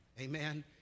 amen